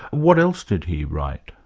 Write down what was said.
what else did he write?